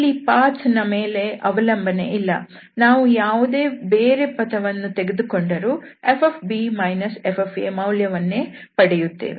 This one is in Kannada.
ಇಲ್ಲಿ ಪಥ ದ ಮೇಲೆ ಅವಲಂಬನೆ ಇಲ್ಲ ನಾವು ಬೇರೆ ಯಾವುದೇ ಪಥವನ್ನು ತೆಗೆದುಕೊಂಡರೂ fb f ಮೌಲ್ಯವನ್ನೇ ಪಡೆಯುತ್ತೇವೆ